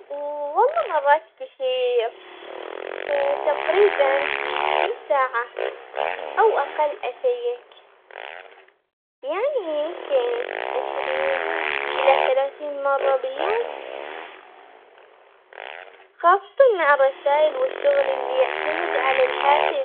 و- والله مرات كثير تقريباً كل ساعة، أو أقل أشيك يعني يمكن عشرين إلى ثلاثين مرة باليوم، خاصةً مع الرسايل والشغل اللي يعتمد على الهاتف.